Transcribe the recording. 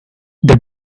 they